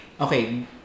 okay